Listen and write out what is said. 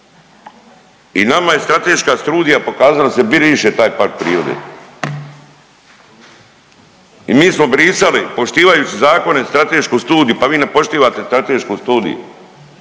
I nama je strateška studija pokazala da se briše taj park prirode i mi smo brisali, poštivajući zakone, stratešku studiju, pa vi ne poštivate stratešku studiju.